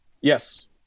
yes